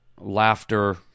laughter